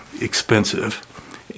expensive